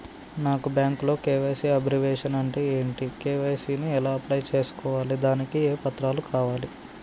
నాకు బ్యాంకులో KYC abbreviation అంటే ఏంటి కే.వై.సీ ని ఎలా అప్లై చేసుకోవాలి దానికి ఏ పత్రాలు కావాలి?